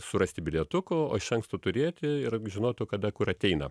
surasti bilietuko iš anksto turėti ir žinotų kada kur ateina